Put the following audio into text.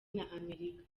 n’amerika